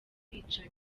kwica